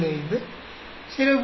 9 1